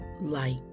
light